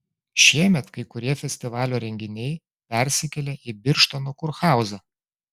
šiemet kai kurie festivalio renginiai persikėlė į birštono kurhauzą